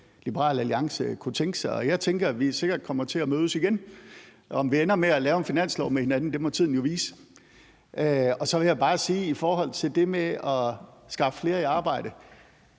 Liberal Alliance kunne tænke sig. Jeg tænker, at vi sikkert kommer til at mødes igen. Om vi ender med at lave en finanslov med hinanden, må tiden jo vise. Og så vil jeg bare sige i forhold til det med at skaffe flere i arbejde: